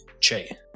Che